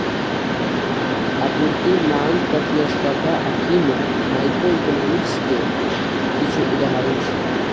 आपूर्ति, मांग, प्रतिस्पर्धा आ कीमत माइक्रोइकोनोमिक्स के किछु उदाहरण छियै